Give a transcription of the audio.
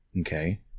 okay